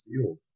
field